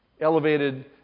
elevated